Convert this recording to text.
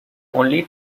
only